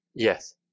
Yes